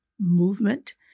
movement